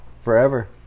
forever